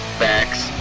facts